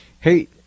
Hey